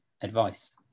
advice